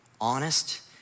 honest